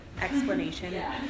explanation